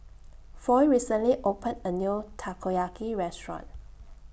Foy recently opened A New Takoyaki Restaurant